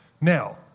Now